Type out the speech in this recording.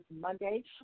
Monday